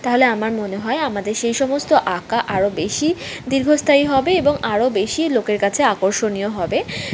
তাহলে আমার মনে হয় আমাদের সেই সমস্ত আঁকা আরো বেশি দীর্ঘস্থায়ী হবে এবং আরও বেশি লোকের কাছে আকর্ষণীয় হবে